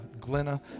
Glenna